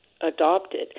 adopted